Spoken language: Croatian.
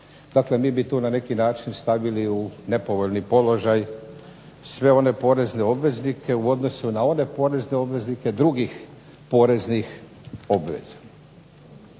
Dakle, mi bi tu na neki način stavili u nepovoljni položaj sve one porezne obveznike u odnosu na one porezne obveznike drugih poreznih obveza.